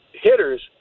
hitters